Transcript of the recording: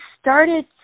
started